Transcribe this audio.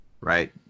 Right